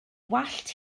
wallt